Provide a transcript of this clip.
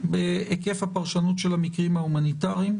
היקף הפרשנות של המקרים ההומניטריים.